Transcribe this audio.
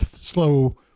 slow